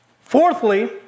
fourthly